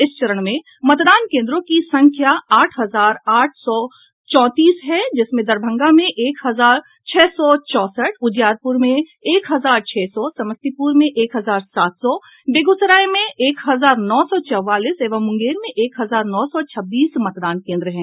इस चरण में मतदान केंद्रों की संख्या आठ हजार आठ सौ चौंतीसहै जिसमें दरभंगा में एक हजार छह सौ चौंसठ उजियारपुर में एक हजार छह सौ समस्तीपुर में एक हजार सात सौ बेगूसराय में एक हजार नौ सौ चौवालीस एवं मुंगेर में एक हजार नौ सौ छब्बीस मतदान केंद्र है